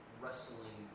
wrestling